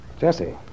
Jesse